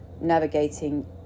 navigating